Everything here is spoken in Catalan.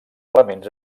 elements